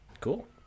Cool